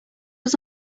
was